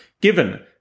given